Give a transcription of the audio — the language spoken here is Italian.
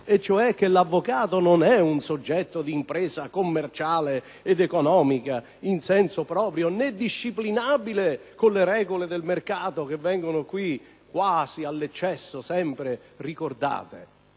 e cioè che l'avvocato non é un soggetto di impresa commerciale ed economica in senso proprio, né disciplinabile con le regole del mercato che vengono qui, quasi all'eccesso, sempre ricordate.